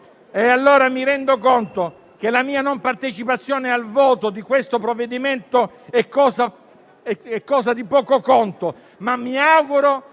Mi rendo conto che la mia non partecipazione al voto di questo provvedimento è cosa di poco conto, ma mi auguro